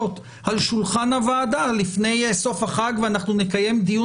על שולחן הוועדה לפני סוף החג ואנחנו נקיים דיון